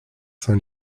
saint